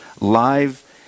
Live